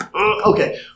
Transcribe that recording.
Okay